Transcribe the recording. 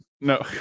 No